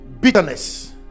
bitterness